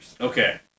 Okay